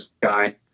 guy